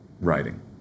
writing